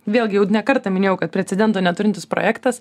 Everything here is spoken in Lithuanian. vėlgi jau ne kartą minėjau kad precedento neturintis projektas